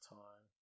time